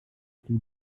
studie